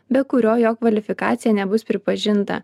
be kurio jo kvalifikacija nebus pripažinta